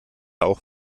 auch